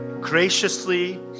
graciously